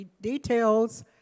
details